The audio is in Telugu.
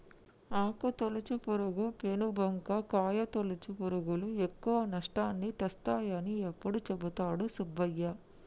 ఆకు తొలుచు పురుగు, పేను బంక, కాయ తొలుచు పురుగులు ఎక్కువ నష్టాన్ని తెస్తాయని ఎప్పుడు చెపుతాడు సుబ్బయ్య